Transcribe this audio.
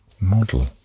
Model